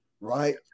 right